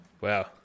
Wow